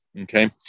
okay